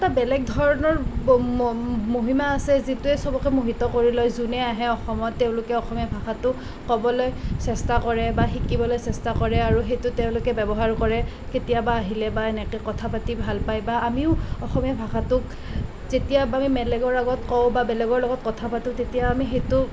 বেলেগ ধৰণৰ মহিমা আছে যিটোৱে চবকে মোহিত কৰি লয় যোনে আহে অসমত তেওঁলোকে অসমীয়া ভাষাটো ক'বলৈ চেষ্টা কৰে বা শিকিবলৈ চেষ্টা কৰে আৰু সেইটো তেওঁলোকে ব্যৱহাৰ কৰে কেতিয়াবা আহিলে বা এনেকৈ কথা পাতি ভাল পায় বা আমিও অসমীয়া ভাষাটোক যেতিয়া আমি বেলেগৰ আগত কওঁ বা বেলেগত আমি কথা পাতো তেতিয়া আমি সেইটো